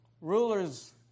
rulers